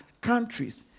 countries